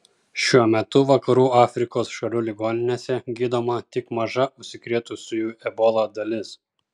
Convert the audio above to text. šiuo metu vakarų afrikos šalių ligoninėse gydoma tik maža užsikrėtusiųjų ebola dalis